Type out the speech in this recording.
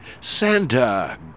Santa